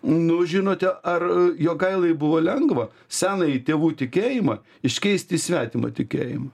nu žinote ar jogailai buvo lengva senąjį tėvų tikėjimą iškeist į svetimą tikėjimą